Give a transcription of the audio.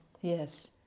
Yes